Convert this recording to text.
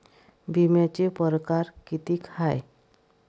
बिम्याचे परकार कितीक हाय?